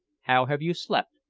how have you slept?